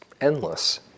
endless